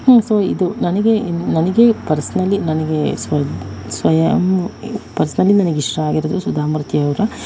so ಇದು ನನಗೆ ನನಗೆ ಪರ್ಸನಲಿ ನನಗೆ ಸ್ವಯಂ ಪರ್ಸನಲಿ ನನಗಿಷ್ಟ ಆಗಿರೋದು ಸುಧಾಮೂರ್ತಿ ಅವರ